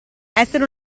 essere